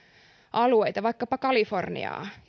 alueita ilmastokysymyksissä vaikkapa kaliforniaa